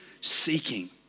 seeking